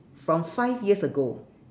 from five years ago